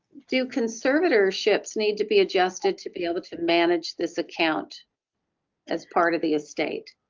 do conservatorships need to be adjusted to be able to manage this account as part of the estate?